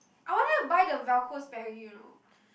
I wanted to buy the velcro Sperry you know